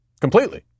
completely